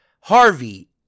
Harvey